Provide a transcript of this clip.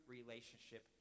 Relationship